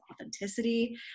authenticity